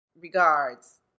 regards